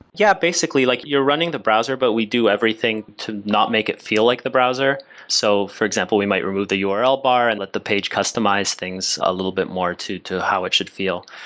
yeah, basically. like you're running the browser, but we do everything to not make it feel like the browser. so for example, we might remove the url bar and let the page customize things a little bit more to to how it should feel.